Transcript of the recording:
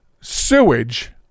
sewage